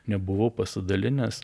nebuvau pasidalinęs